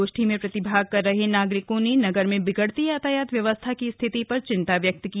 गोष्ठी में प्रतिभाग कर रहे नागरिकों ने नगर में बिगड़ती यातायात व्यवस्था की स्थिति पर चिंता व्यक्त की